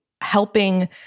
helping